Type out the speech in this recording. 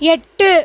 எட்டு